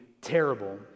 terrible